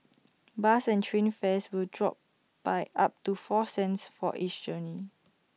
bus and train fares will drop by up to four cents for each journey